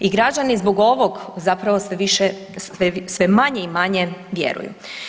I građani zbog ovog zapravo sve manje i manje vjeruju.